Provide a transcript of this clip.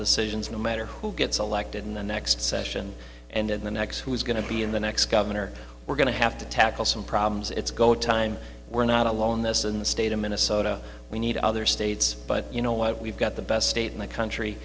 decisions no matter who gets elected in the next session and in the next who's going to be in the next governor we're going to have to tackle some problems it's go time we're not alone this in the state of minnesota we need other states but you know what we've got the best state in the country